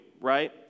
right